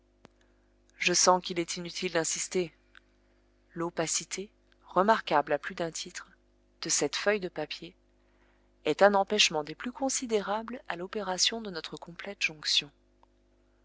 je sens qu'il est inutile d'insister l'opacité remarquable à plus d'un titre de cette feuille de papier est un empêchement des plus considérables à l'opération de notre complète jonction